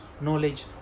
knowledge